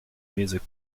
music